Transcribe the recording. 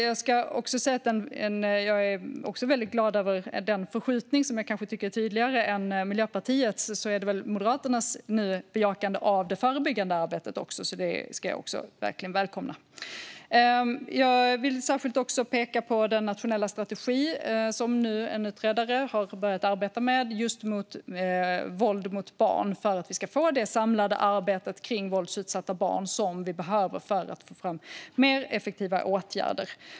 Jag är också glad över den förskjutning som jag tycker är tydligare än Miljöpartiets, nämligen Moderaternas bejakande av det förebyggande arbetet. Det välkomnar jag. Jag vill särskilt peka på den nationella strategi som rör våld mot barn, som en utredare har börjat arbeta med. På så sätt ska vi få det samlade arbete runt våldsutsatta barn som behövs för att få fram mer effektiva åtgärder.